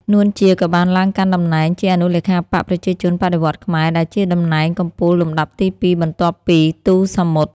នួន ជា ក៏បានឡើងកាន់តំណែងជាអនុលេខាបក្សប្រជាជនបដិវត្តន៍ខ្មែរ ដែលជាតំណែងកំពូលលំដាប់ទីពីរ បន្ទាប់ពី ទូ សាមុត។